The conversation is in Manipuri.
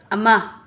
ꯑꯃ